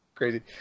crazy